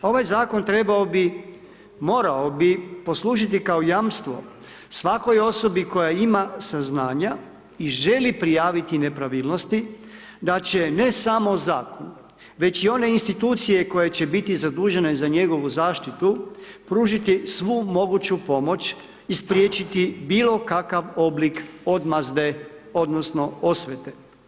Ovaj zakon trebao bi, morao bi poslužiti kao jamstvo svakoj osobi koja ima saznanja i želi prijaviti nepravilnosti da će ne samo zakon već i one institucije koje će biti zadužene za njegovu zaštitu pružiti svu moguću pomoć i spriječiti bilo kakav oblik odmazde odnosno osvete.